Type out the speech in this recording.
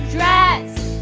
last